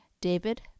David